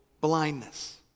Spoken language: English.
blindness